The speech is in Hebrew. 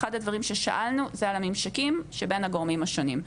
אחד הדברים ששאלנו זה על הממשקים שבין הגורמים השונים.